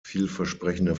vielversprechende